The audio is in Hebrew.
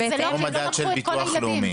אבל לא לקחו את כל הילדים.